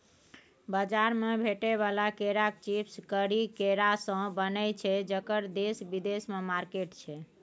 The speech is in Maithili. बजार मे भेटै बला केराक चिप्स करी केरासँ बनय छै जकर देश बिदेशमे मार्केट छै